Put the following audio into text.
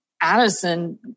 Addison